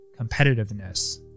competitiveness